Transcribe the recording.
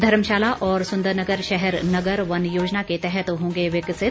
धर्मशाला और सुंदरनगर शहर नगर वन योजना के तहत होंगे विकसित